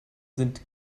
sind